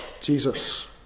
Jesus